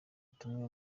tumwe